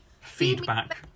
feedback